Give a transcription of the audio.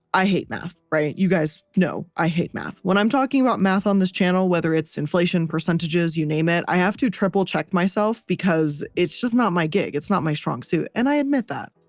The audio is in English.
i hate math, right? you guys know, i hate math. when i'm talking about math on this channel whether it's inflation, percentages, you name it, i have to triple check myself because it's just not my gig. it's not my strong suit and i admit that.